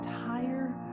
entire